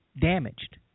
damaged